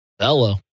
Hello